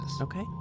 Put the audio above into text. Okay